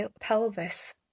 pelvis